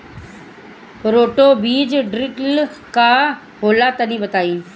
Roto बीज drill का होला तनि बताई?